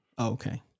okay